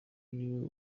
niwe